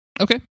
Okay